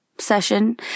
session